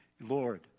Lord